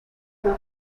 una